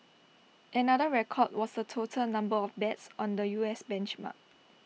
another record was the total number of bets on the U S benchmark